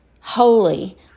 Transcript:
holy